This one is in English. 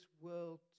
world